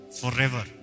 forever